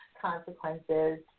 consequences